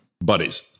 Buddies